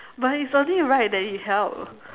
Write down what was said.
but it's only right that you help